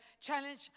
challenge